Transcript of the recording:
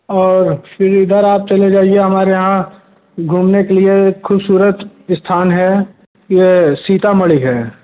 और फिर इधर आप चले जाइए हमारे यहाँ घूमने के लिए ख़ूबसूरत स्थान है यह सीतामढ़ी है